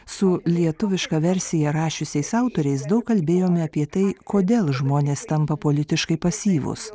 su lietuviška versija rašiusiais autoriais daug kalbėjome apie tai kodėl žmonės tampa politiškai pasyvūs